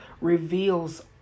reveals